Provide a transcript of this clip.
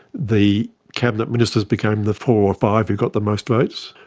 the cabinet ministers became the four or five who got the most votes,